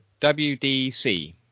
WDC